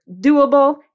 doable